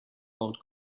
gold